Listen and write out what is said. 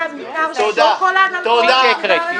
אני תומך --- אפשר להוסיף גם מותר שוקולד על כל הסיגריות?